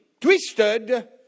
twisted